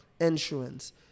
insurance